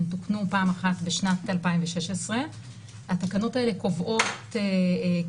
הן תוקנו פעם אחת בשנת 2016. התקנות האלה קובעות כי